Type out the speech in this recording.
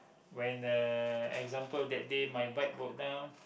when uh example that day my bike broke down